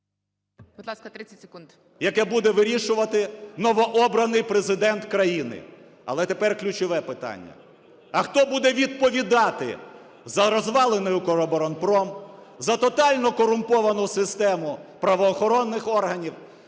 …яке буде вирішувати новообраний Президент країни. Але тепер ключове питання. А хто буде відповідати за розвалений "Укроборонпром", за тотальну корумповану систему правоохоронних органів,